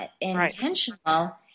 intentional